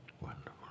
Wonderful